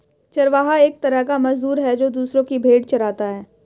चरवाहा एक तरह का मजदूर है, जो दूसरो की भेंड़ चराता है